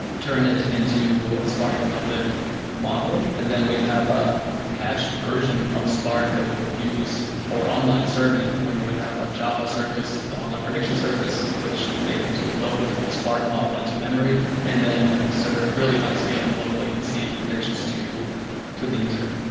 turn it into a spark and mllib model and then we'd have a patched version of spark that we would use for online surveying where we would have a java service, the online prediction service, which is able to load the spark model into memory and then serve really high scale and low latency predictions to to the user.